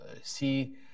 see